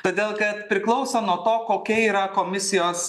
todėl kad priklauso nuo to kokia yra komisijos